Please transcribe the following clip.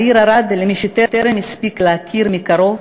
העיר ערד, למי שטרם הספיק להכיר מקרוב,